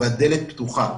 ובדלת פתוחה.